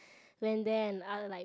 when then I like